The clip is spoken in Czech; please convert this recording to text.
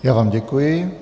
Já vám děkuji.